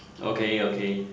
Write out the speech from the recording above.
okay okay